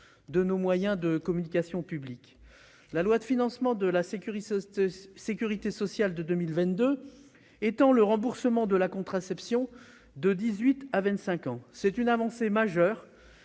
de nos moyens de communication publics. La loi de financement de la sécurité sociale pour 2022 étend le remboursement de la contraception de 18 à 25 ans. C'est une avancée majeure,